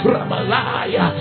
Ramalaya